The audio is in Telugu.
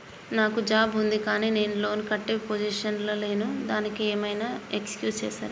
నాకు జాబ్ ఉంది కానీ నేను లోన్ కట్టే పొజిషన్ లా లేను దానికి ఏం ఐనా ఎక్స్క్యూజ్ చేస్తరా?